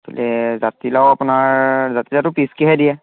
তাতে জাতিলাও আপোনাৰ জাতিলাওটো পিচকৈহে দিয়ে